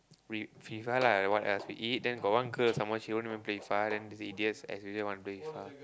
we FIFA lah what else we eat then got one girl some more she won't even play FIFA then these idiots especially wanna play FIFA